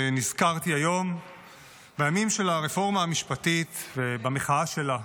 נזכרתי היום בימים של הרפורמה המשפטית ובמחאה שלה.